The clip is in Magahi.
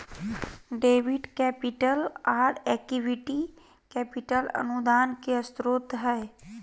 डेबिट कैपिटल, आर इक्विटी कैपिटल अनुदान के स्रोत हय